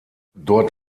dort